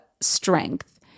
strength